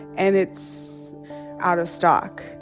and it's out of stock.